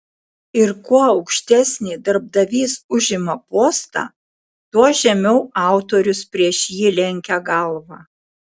ir kuo aukštesnį darbdavys užima postą tuo žemiau autorius prieš jį lenkia galvą